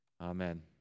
Amen